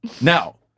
Now